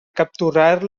capturar